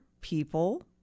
people